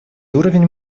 уровень